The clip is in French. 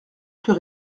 plus